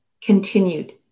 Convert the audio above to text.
continued